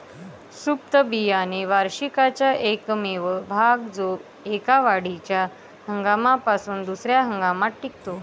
सुप्त बियाणे वार्षिकाचा एकमेव भाग जो एका वाढीच्या हंगामापासून दुसर्या हंगामात टिकतो